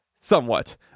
somewhat